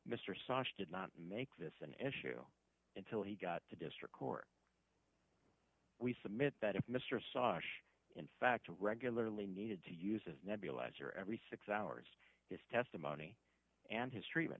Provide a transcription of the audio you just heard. mr saunders did not make this an issue until he got to district court we submit that if mr sosh in fact regularly needed to use his nebulizer every six hours his testimony and his treatment